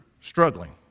struggling